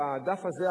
שהדף הזה,